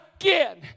Again